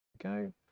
go